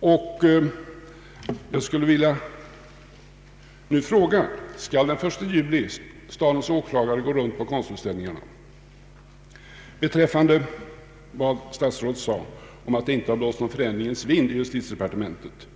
Jag vill nu fråga: Skall den 1 juli stadens åklagare gå runt på konstutställningarna? Beträffande vad statsrådet sade om att det inte har blåst någon förändringens vind i justitiedepartementet